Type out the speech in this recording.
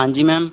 ਹਾਂਜੀ ਮੈਮ